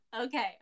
okay